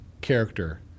character